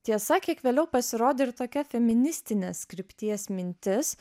tiesa kiek vėliau pasirodė ir tokia feministinės krypties mintis